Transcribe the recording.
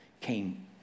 came